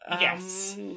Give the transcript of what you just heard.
Yes